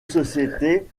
société